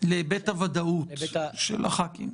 להיבט הוודאות של חברי הכנסת.